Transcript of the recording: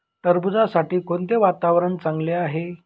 टरबूजासाठी कोणते वातावरण चांगले आहे?